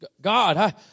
God